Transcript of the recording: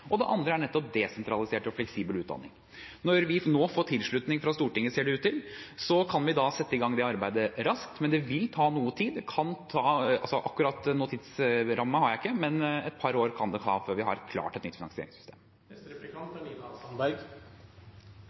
og det andre er nettopp desentralisert og fleksibel utdanning. Når vi nå får tilslutning fra Stortinget, ser det ut til, kan vi sette i gang det arbeidet raskt, men det vil ta noe tid. Akkurat noen tidsramme har jeg ikke, men et par år kan det ta før vi har klart et